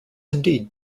indeed